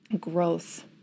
growth